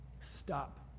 Stop